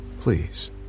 Please